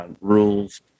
rules